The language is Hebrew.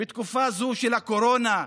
בתקופה זו של הקורונה,